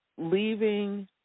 leaving